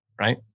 Right